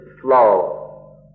flow